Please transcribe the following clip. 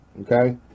okay